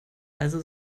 also